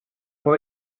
from